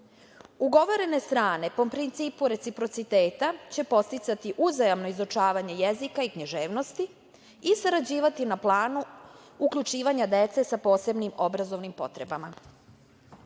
saradnju. Ugovorene strane, po principu reciprociteta, će podsticati uzajamno izučavanje jezika i književnosti i sarađivati na planu uključivanja dece sa posebnim obrazovnim potrebama. Ovo